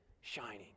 shining